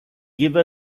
give